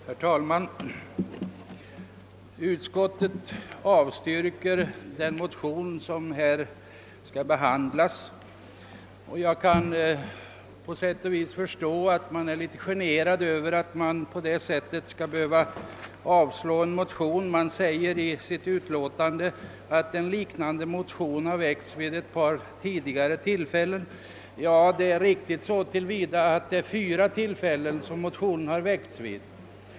Herr talman! Utskottet avstyrker den motion som här skall behandlas, och jag kan på sätt och vis förstå att man är litet generad över att man på det sättet skall behöva avslå en motion. Man säger i utlåtandet att en liknande motion har väckts vid ett par tidigare tillfällen. Det är riktigt så till vida att motionen har väckts vid fyra tillfällen.